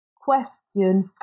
question